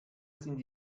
sind